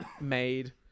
made